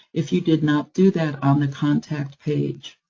if you did not do that on the contact page.